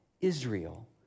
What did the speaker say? Israel